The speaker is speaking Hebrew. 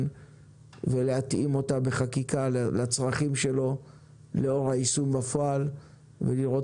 ולהתאים אותה בחקיקה לצרכים שלו לאור היישום בפועל ולראות